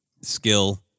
skill